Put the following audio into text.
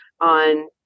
on